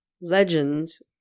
legends